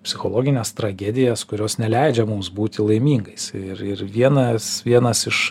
psichologines tragedijas kurios neleidžia mums būti laimingais ir ir vienas vienas iš